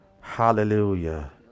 Hallelujah